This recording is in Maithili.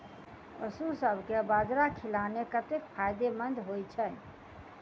पशुसभ केँ बाजरा खिलानै कतेक फायदेमंद होइ छै?